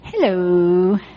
Hello